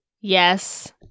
Yes